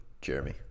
Jeremy